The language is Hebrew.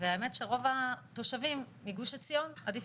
והאמת שרוב התושבים מגוש עציון עדיף